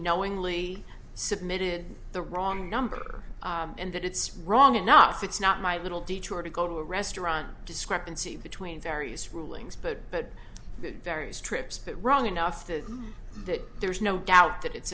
knowingly submitted the wrong number and that it's wrong enough it's not my little detour to go to a restaurant discrepancy between various rulings but the various trips but wrong enough to that there's no doubt that it's